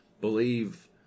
believe